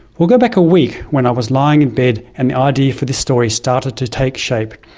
we'll go back a week, when i was lying in bed and the idea for this story started to take shape.